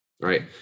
right